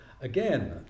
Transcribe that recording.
again